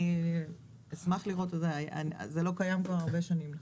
אני אשמח לראות, זה לא קיים כבר הרבה שנים.